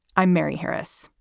i'm mary harris.